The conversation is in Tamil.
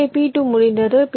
எனவே P2 முடிந்தது